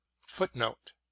footnote